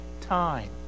time